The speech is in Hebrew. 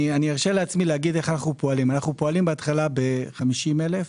אנחנו פועלים בהתחלה ב-50,000,